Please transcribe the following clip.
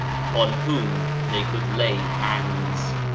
upon whom they could lay hands.